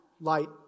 light